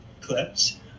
clips